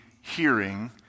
hearing